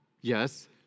Yes